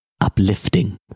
uplifting